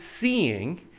seeing